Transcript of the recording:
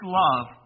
love